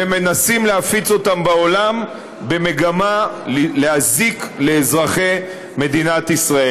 ומנסים להפיץ אותם בעולם במגמה להזיק לאזרחי מדינת ישראל.